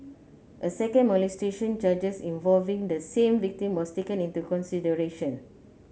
a second molestation charge involving the same victim was taken into consideration